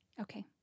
Okay